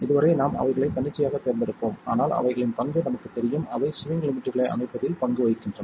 இதுவரை நாம் அவைகளை தன்னிச்சையாகத் தேர்ந்தெடுப்போம் ஆனால் அவைகளின் பங்கு நமக்குத் தெரியும் அவை ஸ்விங் லிமிட்களை அமைப்பதில் பங்கு வகிக்கின்றன